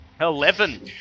Eleven